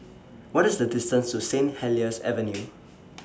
What IS The distance to St Helier's Avenue